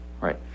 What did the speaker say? right